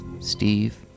steve